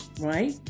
right